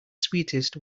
sweetest